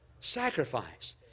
sacrifice